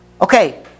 Okay